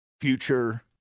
future